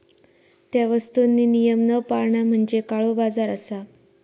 त्या वस्तुंनी नियम न पाळणा म्हणजे काळोबाजार असा